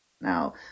Now